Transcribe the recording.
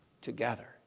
together